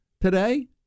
today